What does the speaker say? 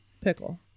Pickle